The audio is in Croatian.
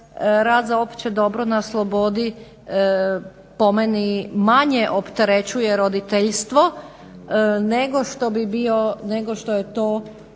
rad za opće dobro na slobodi po meni manje opterećuje roditeljstvo nego što bi bio,